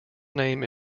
name